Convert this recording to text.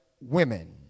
women